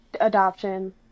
adoption